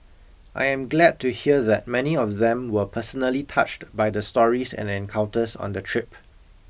I am glad to hear that many of them were personally touched by the stories and encounters on the trip